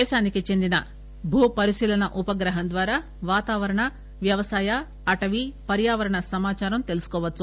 దేశానికి చెందిన భూ పరిశీలన ఉపగ్రహం ద్వారా వాతావరణ వ్యవసాయ అటవీ పర్యావరణ సమాచారం తెలుసుకోవచ్చు